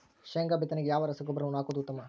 ಶೇಂಗಾ ಬಿತ್ತನೆಗೆ ಯಾವ ರಸಗೊಬ್ಬರವನ್ನು ಹಾಕುವುದು ಉತ್ತಮ?